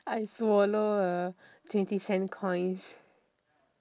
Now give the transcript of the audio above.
I swallow a twenty cents coins